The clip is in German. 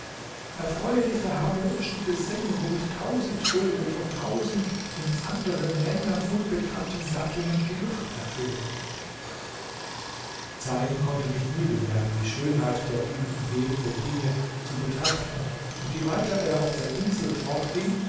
erfreue sich der harmonischen gesänge womit tausend vögel von tausend in anderen ländern unbekannten gattungen die luft erfüllen zeyn konnte nicht müde werden die schönheit der ihn umgebenden dinge zu betrachten und je weiter er auf der insel fortging